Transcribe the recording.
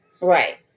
Right